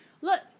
Look